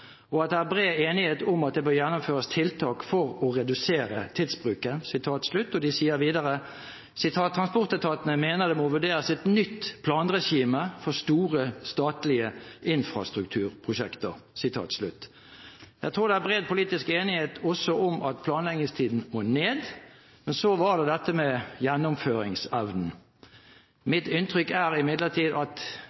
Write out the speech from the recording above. og at det er bred enighet om at det bør gjennomføres tiltak for å redusere tidsbruken.» De sier videre: «Transportetatene mener det må vurderes et nytt planregime for store statlige infrastrukturprosjekter.» Jeg tror det er bred politisk enighet også om at planleggingstiden må ned. Men så var det dette med gjennomføringsevnen.